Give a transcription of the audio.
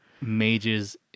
mages